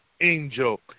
angel